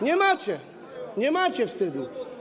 Nie macie, nie macie wstydu.